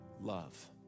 Love